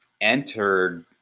entered